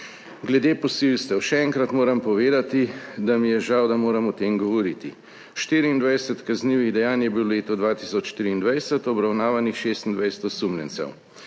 "Glede posilstev, še enkrat moram povedati, da mi je žal, da moram o tem govoriti. 24 kaznivih dejanj je bilo v letu 2023 obravnavanih 26 osumljencev;